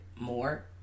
more